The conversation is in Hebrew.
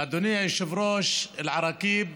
אדוני היושב-ראש, אל-עראקיב,